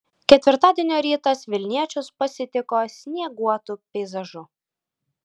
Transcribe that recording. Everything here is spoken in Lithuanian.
ketvirtadienio rytas vilniečius pasitiko snieguotu peizažu